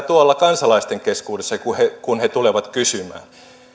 tuolla kansalaisten keskuudessa kun he kun he tulevat kysymään